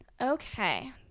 okay